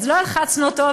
אז לא הלחצנו אותו,